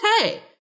okay